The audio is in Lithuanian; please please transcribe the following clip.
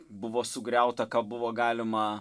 buvo sugriauta ką buvo galima